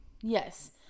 yes